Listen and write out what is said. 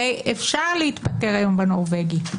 הרי אפשר היום להתפטר בנורבגי,